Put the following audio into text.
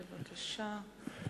בבקשה.